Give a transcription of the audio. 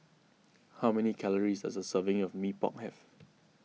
how many calories does a serving of Mee Pok have